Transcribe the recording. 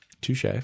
touche